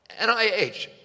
NIH